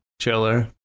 Chiller